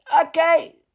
okay